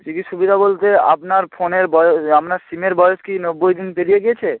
কী কী সুবিধা বলতে আপনার ফোনের বয়ো আপনার সিমের বয়স কি নব্বই দিন পেরিয়ে গিয়েছে